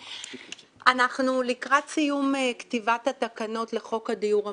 אנחנו לקראת סיום כתיבת התקנות לחוק הדיור המוגן.